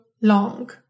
long